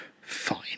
Fine